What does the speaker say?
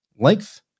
Length